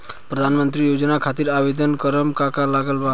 प्रधानमंत्री योजना खातिर आवेदन करम का का लागत बा?